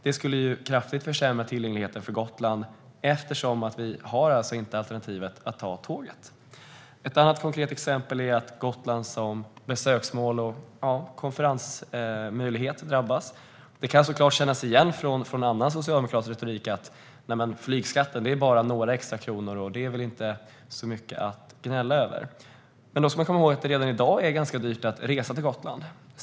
Det skulle kraftigt försämra tillgängligheten till Gotland eftersom vi alltså inte har alternativet att ta tåget. Ett annat konkret exempel är att Gotland som besöksmål och konferensmöjlighet drabbas. Det kan såklart kännas igen från annan socialdemokratisk retorik att flygskatten bara är några extra kronor och inte så mycket att gnälla över, men då ska man komma ihåg att det redan i dag är ganska dyrt att resa till Gotland.